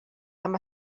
amb